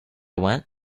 went